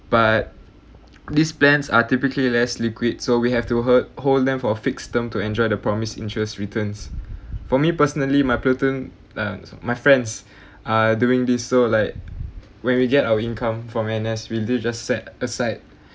but these plans are typically less liquid so we have to hur~ hold them for a fixed term to enjoy the promised interest returns for me personally my platoon ah my friends are doing this so like when we get our income for manners we may just set aside